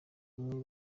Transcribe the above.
umwe